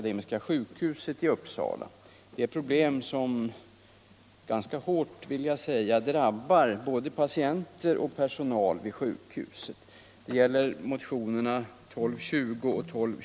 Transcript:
Dessa båda motioner tar upp besvärliga problem som existerar vid Akademiska sjukhuset i Uppsala och som hårt drabbar såväl patienter som personal.